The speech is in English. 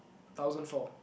thousand four